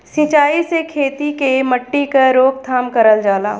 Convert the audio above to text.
सिंचाई से खेती के मट्टी क रोकथाम करल जाला